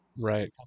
Right